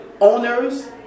owners